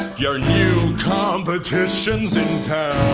your new competition's in town.